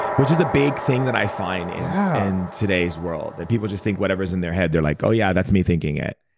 which is a big thing that i find in yeah and today's world, that people just think whatever's in their head. they're like, oh, yeah, that's me thinking it